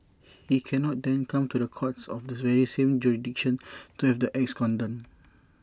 he cannot then come to the courts of the very same jurisdiction to have the acts condoned